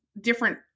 different